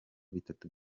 bitatu